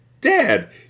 Dad